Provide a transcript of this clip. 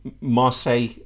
Marseille